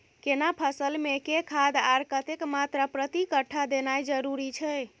केना फसल मे के खाद आर कतेक मात्रा प्रति कट्ठा देनाय जरूरी छै?